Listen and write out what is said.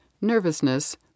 nervousness